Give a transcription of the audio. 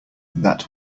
that